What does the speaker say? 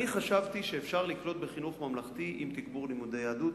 אני חשבתי שאפשר לקלוט בחינוך ממלכתי עם תגבור לימודי יהדות.